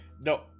No